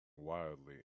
wildly